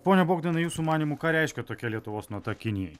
pone bogdanai jūsų manymu ką reiškia tokia lietuvos nota kinijai